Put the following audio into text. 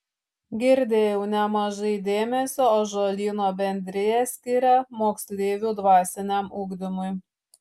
girdėjau nemažai dėmesio ąžuolyno bendrija skiria moksleivių dvasiniam ugdymui